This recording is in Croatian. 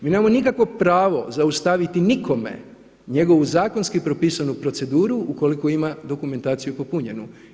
Mi nemamo nikakvo pravo zaustaviti nikome njegovu zakonski propisanu proceduru ukoliko ima dokumentaciju popunjenu.